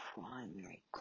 primary